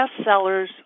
bestsellers